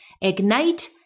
Ignite